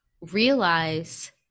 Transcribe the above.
realize